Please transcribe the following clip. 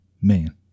Man